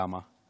למה?